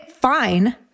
fine